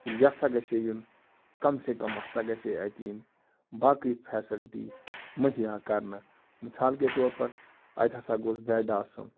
تہٕ یہِ ہَسا گَژھے یُن کَم سے کَم ہسا گَژھے اَتہِ یِنۍ باقٕے فٮ۪سَلٹی مہیّا کَرنہٕ مِثال کے طور پر اَتہِ ہَسا گوٚژھ بٮ۪ڈ آسُن